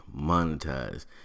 monetize